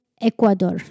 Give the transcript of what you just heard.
Ecuador